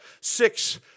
six